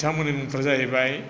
बिथांमोननि मुंफोरा जाहैबाय